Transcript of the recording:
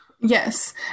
Yes